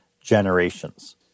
generations